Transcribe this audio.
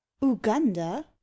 Uganda